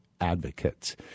advocates